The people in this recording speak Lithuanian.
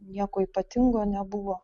nieko ypatingo nebuvo